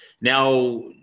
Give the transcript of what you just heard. Now